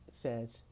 says